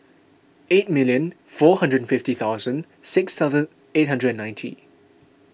eight million four hundred fifty thousand six thousand eight hundred and ninety